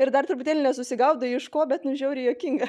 ir dar truputėlį nesusigaudai iš ko bet nu žiauriai juokinga